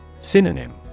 Synonym